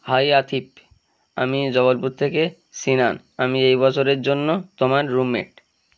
high Athib আমি জবলপুর থেকে সিনান আমি এই বছরের জন্য তোমার রুমমেট